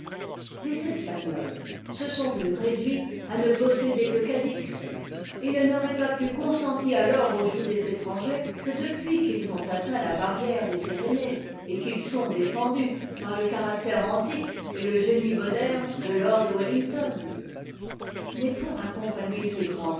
les espagnols seront vus réduits ne posséder que cadix et us n'auraient pas plus consenti alors au joug des étrangers que depuis qu'ils ont atteint la barrière des pyrénées et qu'ils sont défendus par le caractère antique et te génie moderne de lord de wellington mais pour accomplir ces